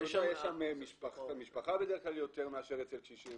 שיש שם משפחה בדרך כלל יותר מאשר אצל קשישים,